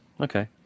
okay